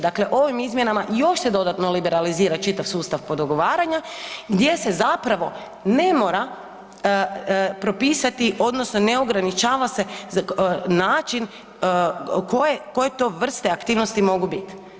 Dakle ovim izmjenama još se dodatno liberalizira čitav sustav podugovaranja gdje se zapravo ne mora propisati odnosno ne ograničava se način koje to vrste aktivnosti mogu biti.